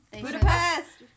Budapest